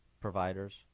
providers